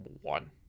one